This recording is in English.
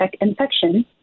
infection